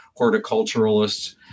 horticulturalists